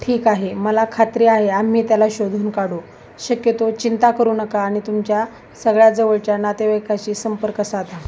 ठीक आहे मला खात्री आहे आम्ही त्याला शोधून काढू शक्यतो चिंता करू नका आणि तुमच्या सगळ्या जवळच्या नातेवाईकाशी संपर्क साधा